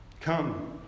Come